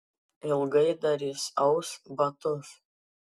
ilgai dar jis aus batus